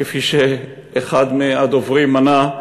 כפי שאחד מהדוברים מנה,